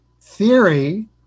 Theory